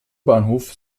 bahnhof